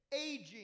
aging